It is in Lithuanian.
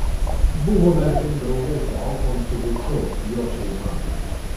buvome artimi draugai su alfonsu guču jo šeima